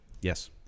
Yes